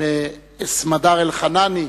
מסמדר אלחנני,